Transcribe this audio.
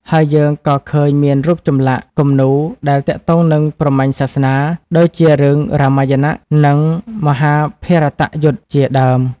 ហើយយើងក៏ឃើញមានរូប ចម្លាក់ គំនូរដែលទាក់ទងនឹងព្រហ្មញ្ញសាសនា ដូចជារឿងរាមាយណៈ និង មហាភារតយុទ្ធ ជាដើម។